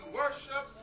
worship